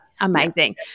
amazing